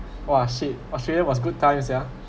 !wah! shit australia was good times ya